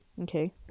Okay